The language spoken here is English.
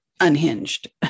unhinged